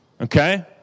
okay